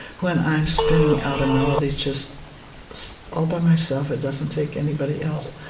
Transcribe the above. when i'm spinning out a melody just all by myself, it doesn't take anybody else,